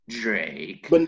Drake